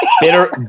Bitter